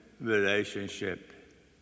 relationship